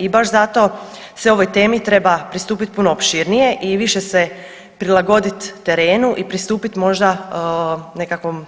I baš zato se ovoj temi treba pristupiti puno opširnije i više se prilagodit terenu i pristupit možda nekakvom